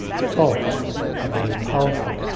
thoughts are very powerful.